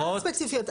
אין ספציפיות.